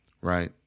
right